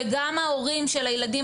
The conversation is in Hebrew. גם ההורים של הילדים,